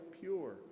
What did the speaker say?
pure